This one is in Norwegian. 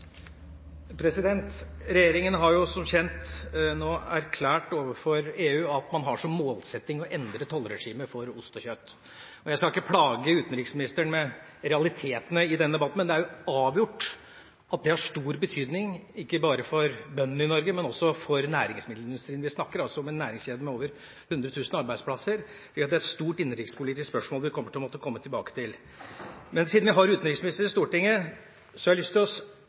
har som kjent nå erklært overfor EU at man har som målsetting å endre tollregimet for ost og kjøtt. Jeg skal ikke plage utenriksministeren med realitetene i den debatten, men det er avgjort at det har stor betydning – ikke bare for bøndene i Norge, men også for næringsmiddelindustrien. Vi snakker altså om en næringskjede med over 100 000 arbeidsplasser. Det er et stort innenrikspolitisk spørsmål vi må komme tilbake til. Siden vi har utenriksministeren i Stortinget, har jeg lyst